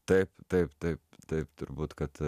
taip taip taip taip turbūt kad